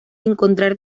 encontrar